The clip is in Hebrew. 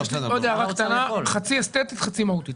עוד הערה קטנה, חצי אסתטית וחצי מהותית.